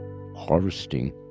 harvesting